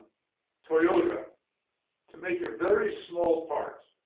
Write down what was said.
toyota to make a very small part